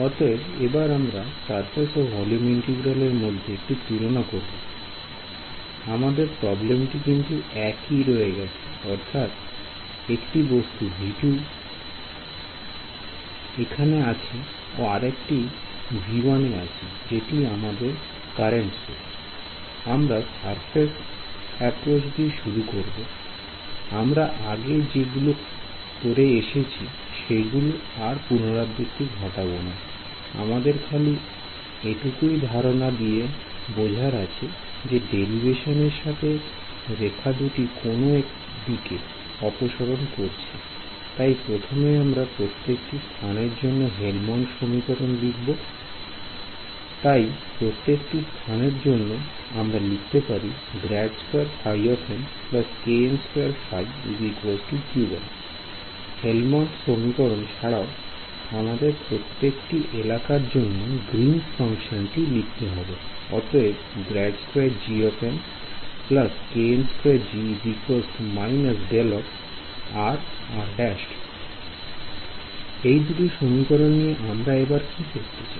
অতএব এবার আমরা সারফেস ও ভলিউম ইন্টিগ্রাল এরমধ্যে একটি তুলনা করুন আমাদের প্রবলেমটি কিন্তু একই রয়ে গেছে অর্থাৎ একটি বস্তু V2 এখানে আছে ও আরেকটি V1 আছে যেটি আমাদের কারেন্ট সোর্স I আমরা সারফেস অ্যাপ্রচ দিয়ে শুরু করবো I আমরা আগে যেগুলো করে এসেছি সেগুলি আর পুনরাবৃত্তি ঘটাবো না I আমাদের খালি এটুকুই ধারণা দিয়ে বোঝার আছে যে দেরিভেশন এর সাথে রেখা দুটি কোন দিকে অপসারণ করছে I তাই প্রথমে আমরা প্রত্যেকটি স্থানের জন্য হেলমন্ট সমীকরণটি লিখব I তাই প্রত্যেকটি স্থান এর জন্য আমরা লিখতে পারি হেলমল্টজ সমীকরণ ছাড়াও আমাদের প্রত্যেকটি এলাকার জন্য গৃন্স ফাংশন টি লিখতে হবে অতএব এই দুটি সমীকরণ নিয়ে আমরা এবার কি করতে চাই